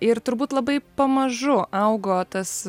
ir turbūt labai pamažu augo tas